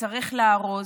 שצריך לארוז,